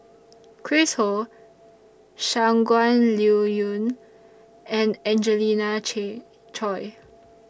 Chris Ho Shangguan Liuyun and Angelina Choy